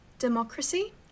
Democracy